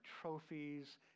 trophies